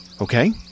okay